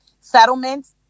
settlements